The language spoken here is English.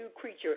creature